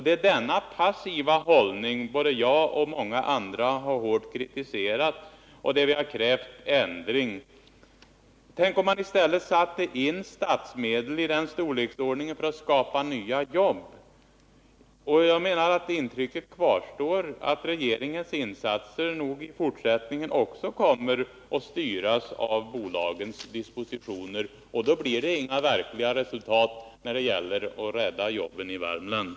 Det är en passiv hållning som både jag och många andra har hårt kritiserat och där vi har krävt ändring. Tänk om man i stället satte in statsmedlen för att skapa nya jobb. Intrycket kvarstår att regeringens insatser nog också i fortsättningen kommer att styras av bolagens dispositioner, och då blir det inga verkliga resultat när det gäller att rädda jobben i Värmland.